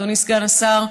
אדוני סגן השר,